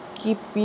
keep